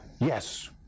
Yes